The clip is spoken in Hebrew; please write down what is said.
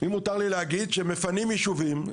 אם מותר לי להגיד, שמפנים ישובים.